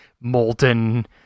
molten